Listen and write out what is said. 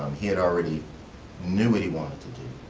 um he had already knew what he wanted to do.